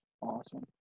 Awesome